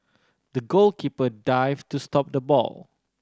the goalkeeper dived to stop the ball